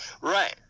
Right